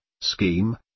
scheme